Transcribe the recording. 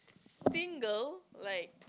single like